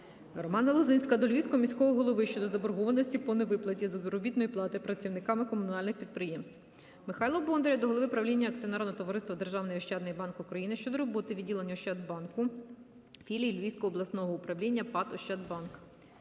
Романа Лозинського до Львівського міського голови щодо заборгованості по невиплаті заробітної плати працівниками комунальних підприємств. Михайла Бондаря до голови правління акціонерного товариства "Державний ощадний банк України" щодо роботи відділення Ощадбанку філії Львівського обласного управління ПАТ "Ощадбанк".